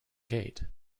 gate